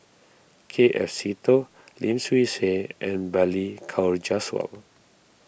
K F Seetoh Lim Swee Say and Balli Kaur Jaswal